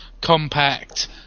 Compact